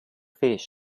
fish